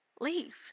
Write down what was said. leave